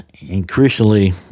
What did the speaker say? increasingly